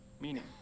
meaning